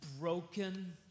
broken